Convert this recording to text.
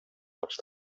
saaks